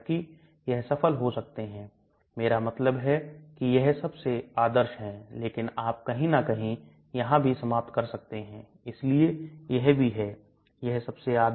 अब इन क्षेत्रों में से प्रत्येक का सतह क्षेत्र बहुत अलग है क्षेत्रों में से प्रत्येक का pH बहुत अलग है और pH इस बात पर निर्भर करता है कि भोजन अंदर उपलब्ध है या नहीं